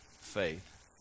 faith